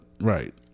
right